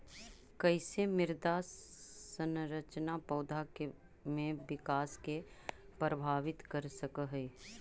कईसे मृदा संरचना पौधा में विकास के प्रभावित कर सक हई?